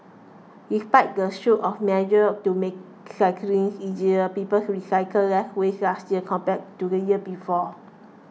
despite the slew of measures to make recycling easier people recycled less waste last year compared to the year before